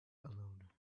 alone